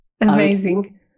Amazing